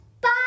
Bye